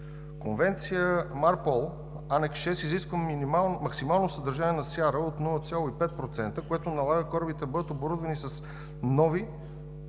Конвенция МАРПОЛ, Анекс 6 изисква максимално съдържание на сяра от 0,5%, което налага корабите да бъдат оборудвани с нови